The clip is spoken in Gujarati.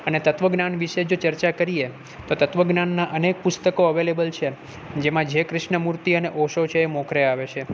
અને તત્ત્વજ્ઞાન વિષે જો ચર્ચા કરીએ તો તત્ત્વજ્ઞાનના અનેક પુસ્તકો અવેલેબલ છે જેમાં જે ક્રિશ્ન મૂર્તિ અને ઓશો છે એ મોખરે આવે છે